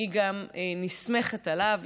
היא נסמכת עליו,